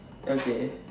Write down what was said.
okay